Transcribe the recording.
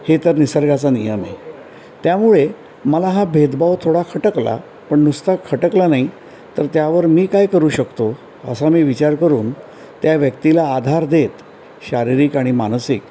हे तर निसर्गाचा नियम आहे त्यामुळे मला हा भेदभाव थोडा खटकला पण नुसता खटकला नाही तर त्यावर मी काय करू शकतो असा मी विचार करून त्या व्यक्तीला आधार देत शारीरिक आणि मानसिक